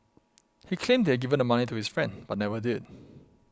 he claimed had given the money to his friend but never did